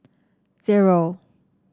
zero